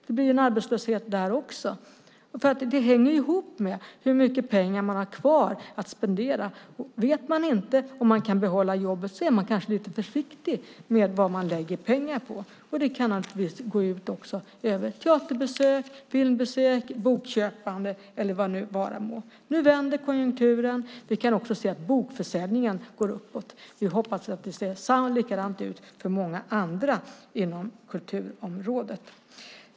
Det blir arbetslöshet där också. Det hänger ihop med hur mycket pengar man har kvar att spendera. Vet man inte om man kan behålla jobbet är man kanske lite försiktig med vad man lägger pengar på. Det kan naturligtvis gå ut också över teaterbesök, filmbesök, bokköp och vad det nu vara må. Nu vänder konjunkturen. Vi kan också se att bokförsäljningen går uppåt. Vi hoppas att det ser likadant ut för många andra inom kulturområdet.